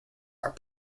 are